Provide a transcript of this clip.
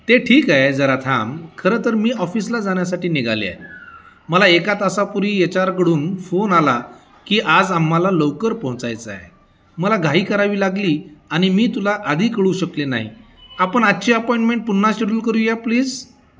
ते ठीक आहे जरा थांब खरं तर मी ऑफिसला जाण्यासाठी निघाले आहे मला एका तासापूर्वी येच आरकडून फोन आला की आज आम्हाला लवकर पोहोचायचं आहे मला घाई करावी लागली आणि मी तुला आधी कळू शकले नाही आपण आजची अपॉइंटमेंट पुन्हा शेड्यूल करूया प्लीज